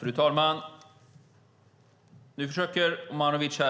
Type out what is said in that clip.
Fru talman! Nu försöker Omanovic